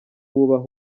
bubaha